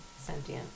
sentient